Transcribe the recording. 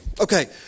Okay